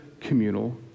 communal